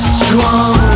strong